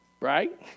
Right